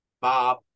Bob